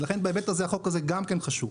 ולכן בהיבט הזה החוק הזה גם כן חשוב.